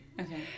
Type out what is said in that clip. Okay